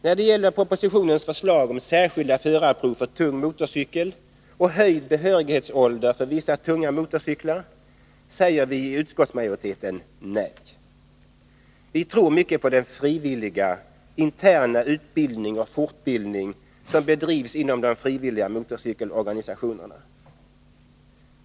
När det gäller propositionens förslag om särskilda förarprov för tung motorcykel och höjd behörighetsålder för vissa tunga motorcyklar säger vi i utskottsmajoriteten nej. Vi tror mycket på den frivilliga, interna utbildning och fortbildning som bedrivs inom de frivilliga motorcykelorganisationerna.